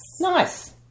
Nice